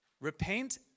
repent